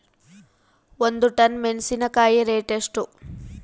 ಒಂದು ಟನ್ ಮೆನೆಸಿನಕಾಯಿ ರೇಟ್ ಎಷ್ಟು?